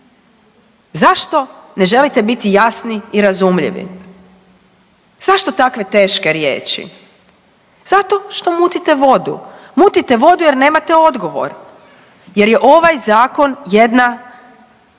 Zašto ne želite biti jasni i razumljivi? Zašto takve teške riječi? Zato što mutite vodu. Mutite vodu jer nemate odgovor. Jer je ovaj Zakon jedna